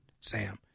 Sam